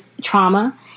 trauma